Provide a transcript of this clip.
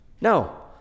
No